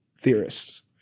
theorists